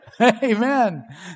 Amen